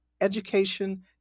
education